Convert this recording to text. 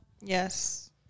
yes